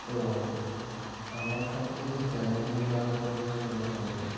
তো আমার সবথেকে চ্যালেঞ্জিং লাগতো যে ষোলোশো মিটার